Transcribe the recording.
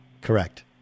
Correct